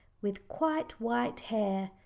with quite white hair,